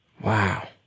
Wow